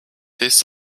his